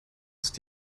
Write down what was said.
ist